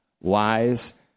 wise